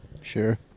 Sure